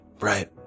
Right